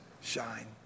shine